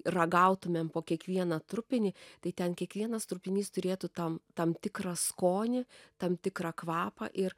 ragautumėm po kiekvieną trupinį tai ten kiekvienas trupinys turėtų tam tam tikrą skonį tam tikrą kvapą ir